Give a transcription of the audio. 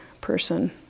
person